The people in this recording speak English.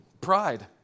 pride